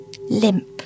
Limp